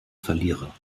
verlierer